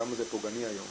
כמה זה פוגעני היום,